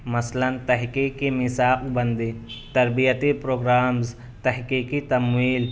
مثلاً تحقیق کی میثاق بندی تربیتی پروگرامس تحقیقی تمویل